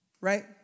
Right